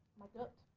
my gut,